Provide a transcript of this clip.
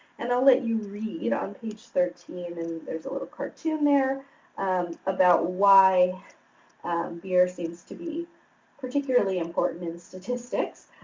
and, i'll let you read on page thirteen and there's a little cartoon there about why beer seems to be particularly important in statistics,